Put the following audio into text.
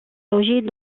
logés